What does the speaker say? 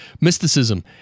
Mysticism